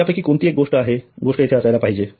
या पैकी कोणती एक गोष्ट येथे असायला पाहिजे